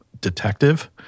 detective